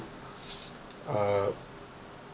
uh